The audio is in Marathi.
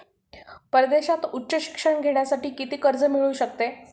परदेशात उच्च शिक्षण घेण्यासाठी किती कर्ज मिळू शकते?